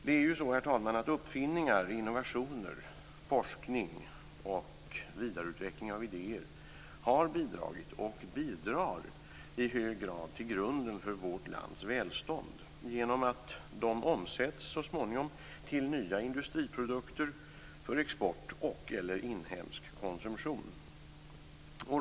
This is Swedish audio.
Det är ju så, herr talman, att uppfinningar, innovationer, forskning och vidareutveckling av idéer har bidragit och bidrar i hög grad till grunden för vårt lands välstånd genom att de så småningom omsätts till nya industriprodukter för export och/eller inhemsk konsumtion.